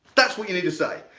that's what you need to say.